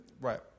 right